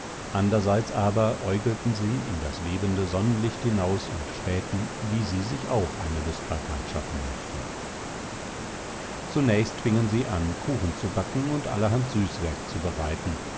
anderseits aber äugelten sie in das webende sonnenlicht hinaus und spähten wie sie sich auch eine lustbarkeit schaffen möchten zunächst fingen sie an kuchen zu backen und allerhand süßwerk zu bereiten